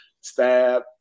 stab